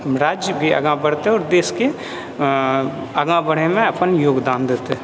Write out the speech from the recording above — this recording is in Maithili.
राज्य भी आगा बढ़तै आओर देशके अऽ आगा बढ़ैमे अपन योगदान देतै